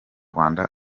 rwanda